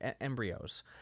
embryos